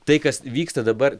tai kas vyksta dabar